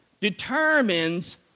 determines